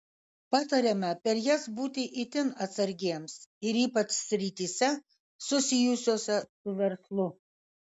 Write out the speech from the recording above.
patariama per jas būti itin atsargiems ir ypač srityse susijusiose su verslu